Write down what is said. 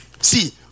See